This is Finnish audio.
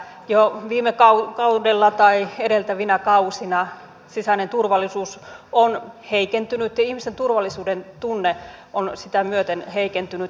jo edeltävinä kausina sisäinen turvallisuus on heikentynyt ja ihmisten turvallisuudentunne on sitä myöten heikentynyt